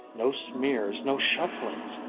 no smears, no shufflings!